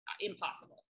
impossible